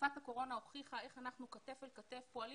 תקופת הקורונה הוכיחה איך אנחנו כתף אל כתף פועלים